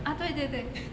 ah 对对对